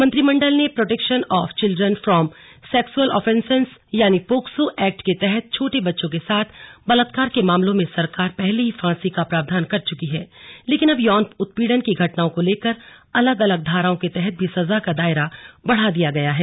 मंत्रिमंडल ने protection of children from sexual offences यानी पोक्सो एक्ट के तहत छोटे बच्चों के साथ बलात्कार के मामलों में सरकार पहले ही फांसी का प्रावधान कर चुकी है लेकिन अब यौन उत्पीड़न की घटनाओं को लेकर अलग अलग धाराओं के तहत भी सजा का दायरा बढ़ा दिया गया है